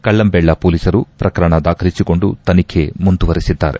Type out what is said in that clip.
ಕಳ್ಳಂಬೆಳ್ಳ ಪೊಲೀಸರು ಪ್ರಕರಣ ದಾಖಲಿಸಿಕೊಂಡಿದ್ದು ತನಿಖೆ ಮುಂದುವರೆಸಿದ್ದಾರೆ